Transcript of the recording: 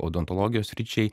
odontologijos sričiai